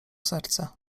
serce